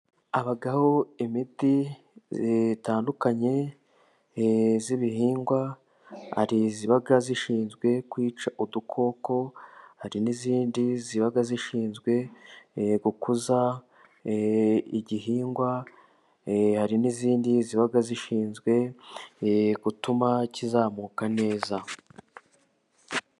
Habaho imiti itandukanye y'ibihingwa iba ishinzwe kwica udukoko, hari n'iyindi iba ishinzwe gukuza igihingwa, hari n'iyindi iba ishinzwe gutuma kizamuka neza.